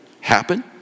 happen